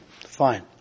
Fine